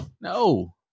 no